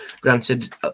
granted